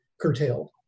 curtailed